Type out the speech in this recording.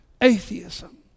atheism